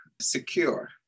secure